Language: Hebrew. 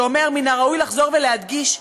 שאומר: "מן הראוי לחזור ולהדגיש,